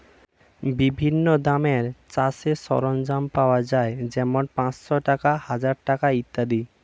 বিভিন্ন দামের চাষের সরঞ্জাম পাওয়া যায় যেমন পাঁচশ টাকা, হাজার টাকা ইত্যাদি